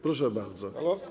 Proszę bardzo.